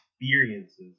experiences